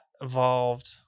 evolved